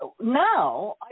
now